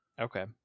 okay